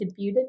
debuted